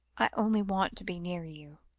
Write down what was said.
i only want to be near you,